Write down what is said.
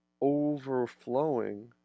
overflowing